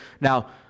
Now